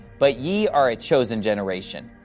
but ye are a chosen generation,